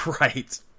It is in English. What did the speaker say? Right